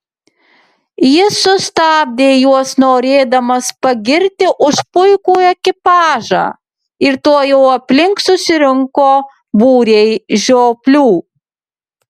jis sustabdė juos norėdamas pagirti už puikų ekipažą ir tuojau aplink susirinko būriai žioplių